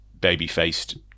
baby-faced